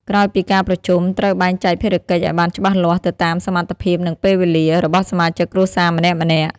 ក្រោយពីការប្រជុំ ត្រូវ បែងចែកភារកិច្ចឱ្យបានច្បាស់លាស់ ទៅតាម សមត្ថភាព និងពេលវេលា របស់សមាជិកគ្រួសារម្នាក់ៗ។